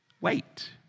wait